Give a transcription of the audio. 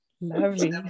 lovely